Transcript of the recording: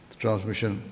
transmission